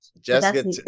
Jessica